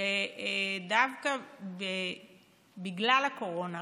שדווקא בגלל הקורונה